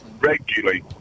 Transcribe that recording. regularly